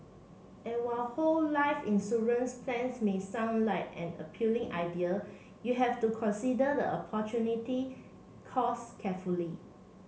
and while whole life insurance plans may sound like an appealing idea you have to consider the opportunity costs carefully